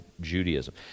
Judaism